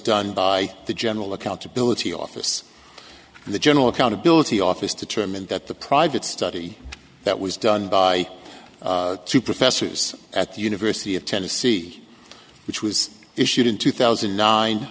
done by the general accountability office and the general accountability office determined that the private study that was done by two professors at the university of tennessee which was issued in two thousand